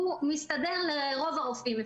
הוא מסתדר לרוב הרופאים,